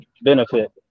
benefit